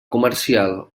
comercial